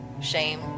shame